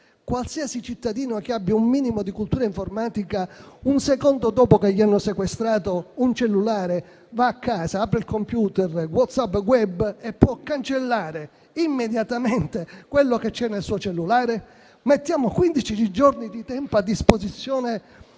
qualsiasi cittadino che abbia un minimo di cultura informatica, un secondo dopo che gli hanno sequestrato un cellulare, va a casa, apre WhatsApp web sul computer e può cancellare immediatamente quello che c'è nel suo cellulare? Mettiamo quindici giorni di tempo a disposizione